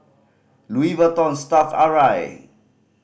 Louis Vuitton Stuff'd Arai